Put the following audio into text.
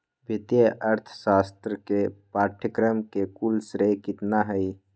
वित्तीय अर्थशास्त्र के पाठ्यक्रम के कुल श्रेय कितना हई?